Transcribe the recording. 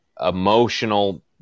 emotional